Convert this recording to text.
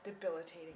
debilitating